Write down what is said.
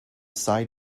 side